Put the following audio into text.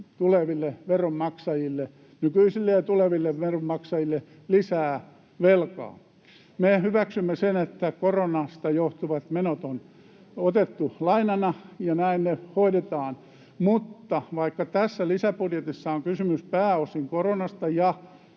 nykyisille ja tuleville veronmaksajille lisää velkaa. Me hyväksymme sen, että koronasta johtuvat menot on otettu lainana, ja näin ne hoidetaan, mutta vaikka tässä lisäbudjetissa on kysymys pääosin koronasta ja